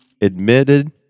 admitted